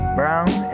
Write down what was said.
brown